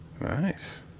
Nice